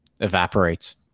evaporates